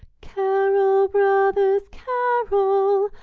carol, brothers, carol,